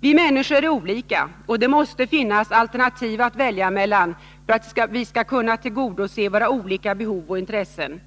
Vi människor är olika, och det måste finnas alternativ att välja mellan, för att vi skall kunna tillgodose våra olika behov och intressen.